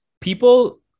people